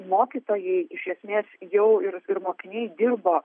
mokytojai iš esmės jau ir ir mokiniai dirbo